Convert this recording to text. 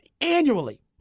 annually